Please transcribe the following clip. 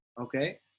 okay